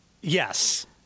Yes